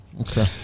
Okay